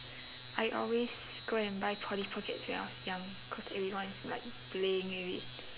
I always go and buy polly pockets when I was young because everyone is like playing with it